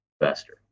investor